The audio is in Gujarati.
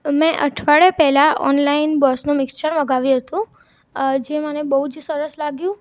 મેં અઠવાડિયા પેલા ઓનલાઈન બોસનું મિક્ષ્ચર મંગાવ્યું હતું જે મને બહુ જ સરસ લાગ્યું